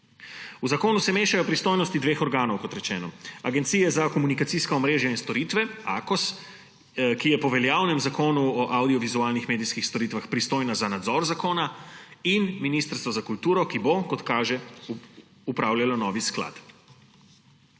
V zakonu se mešajo pristojnosti dveh organov – Agencije za komunikacijska omrežja in storitve, Akos, ki je po veljavnem zakonu o avdiovizualnih medijskih storitvah pristojna za nadzor zakona, in Ministrstva za kulturo, ki bo, kot kaže, upravljalo novi sklad.